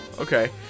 okay